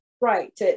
Right